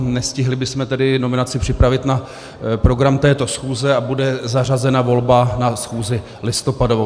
Nestihli bychom tedy nominaci připravit na program této schůze a bude zařazena volba na schůzi listopadovou.